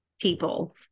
people